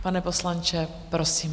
Pane poslanče, prosím.